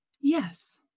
Yes